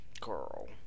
Girl